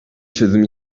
çözüm